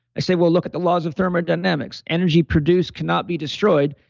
i say, well, look at the laws of thermodynamics. energy produced cannot be destroyed.